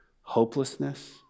hopelessness